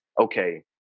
okay